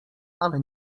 ale